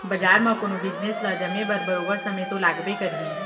बजार म कोनो बिजनेस ल जमे बर बरोबर समे तो लागबे करही